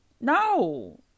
no